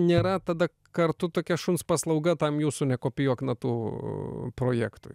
nėra tada kartu tokia šuns paslauga tam jūsų nekopijuok natų projektui